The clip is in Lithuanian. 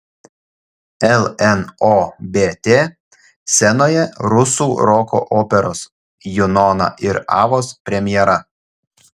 lnobt scenoje rusų roko operos junona ir avos premjera